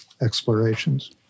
explorations